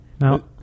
Now